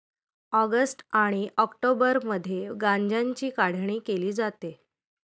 August आणि ऑक्टोबरमध्ये गांज्याची काढणी केली जाते